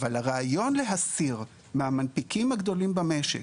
אבל הרעיון להסיר מהמנפיקים הגדולים במשק